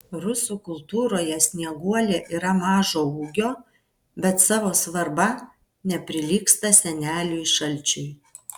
rusų kultūroje snieguolė yra mažo ūgio bet savo svarba neprilygsta seneliui šalčiui